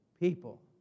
people